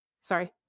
Sorry